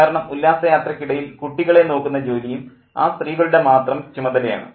കാരണം ഉല്ലാസയാത്രയ്ക്കിടയിൽ കുട്ടികളെ നോക്കുന്ന ജോലിയും ആ സ്ത്രീകളുടെ മാത്രം ചുമതല ആണ്